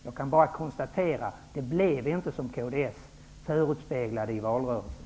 Jag kan bara konstatera att det inte blev som kds förespeglade i valrörelsen.